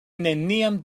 neniam